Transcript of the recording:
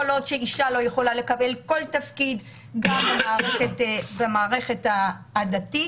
שאישה לא יכולה לקבל כל תפקיד גם במערכת הדתית.